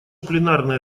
пленарное